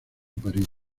parís